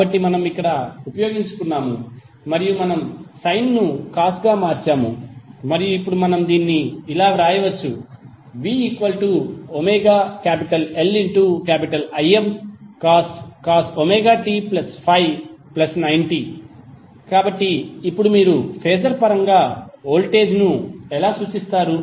కాబట్టి మనం ఇక్కడ ఉపయోగించుకున్నాము మరియు మనము సైన్ ను కాస్ గా మార్చాము మరియు ఇప్పుడు మనం దీన్ని ఇలా వ్రాయవచ్చు vωLImcos ωt∅90 కాబట్టి ఇప్పుడు మీరు ఫేజర్ పరంగా వోల్టేజ్ ను ఎలా సూచిస్తారు